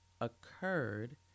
occurred